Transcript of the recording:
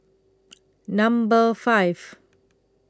Number five